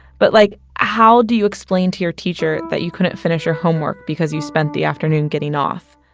but like, how do you explain to your teacher that you couldn't finish your homework because you spent the afternoon getting off?